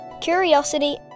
curiosity